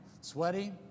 sweaty